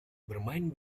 bermain